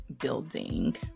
building